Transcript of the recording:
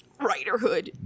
Writerhood